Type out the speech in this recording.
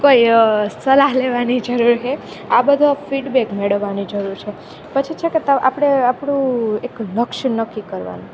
કોઈ સલાહ લેવાની જરૂર હે આ બધા ફીડબેક મેળવવાની જરૂર છે પછી છે કે આપણે આપણું એક લક્ષ્ય નક્કી કરવાનું